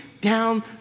down